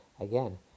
again